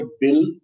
bill